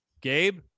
Gabe